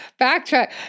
Backtrack